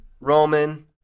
Roman